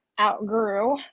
outgrew